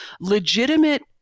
legitimate